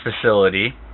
facility